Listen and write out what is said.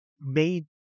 made